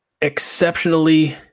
exceptionally